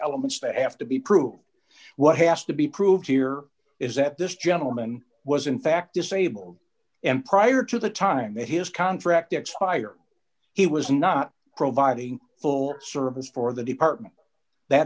elements that have to be proved what has to be proved here is that this gentleman was in fact disabled and prior to the time that his contract expired he was not providing full service for the department that